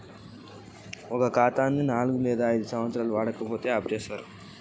ఖాతా ఎన్ని ఏళ్లు వాడకపోతే ఆపేత్తరు?